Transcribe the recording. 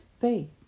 Faith